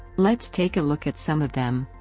let's take a look at some of them!